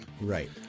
Right